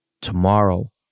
tomorrow